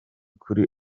kuri